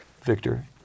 Victor